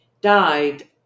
died